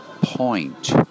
point